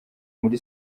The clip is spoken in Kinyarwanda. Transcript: muri